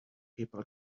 people